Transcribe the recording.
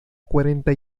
cuarenta